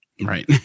Right